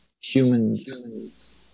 humans